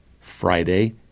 Friday